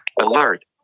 alert